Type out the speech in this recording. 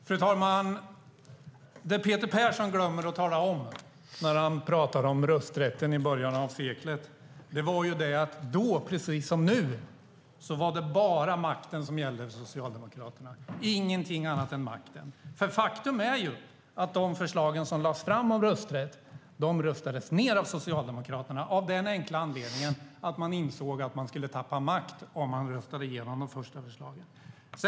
Fru talman! Det som Peter Persson glömmer att tala om när han talar om rösträtten i början av förra seklet är att då, precis som nu, var det bara makten och ingenting annat än makten som gällde för Socialdemokraterna. Faktum är att de förslag som lades fram om rösträtt röstades ned av Socialdemokraterna av den enkla anledningen att de insåg att de skulle tappa makt om de röstade igenom de första förslagen.